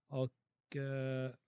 och